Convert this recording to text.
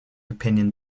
opinion